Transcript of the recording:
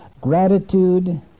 Gratitude